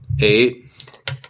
Eight